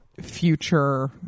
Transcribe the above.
future